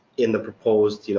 in the proposed, you know